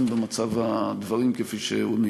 במלוא ההגינות: איך נביא תיירים לשם במצב הדברים כפי שהוא נראה?